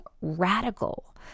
radical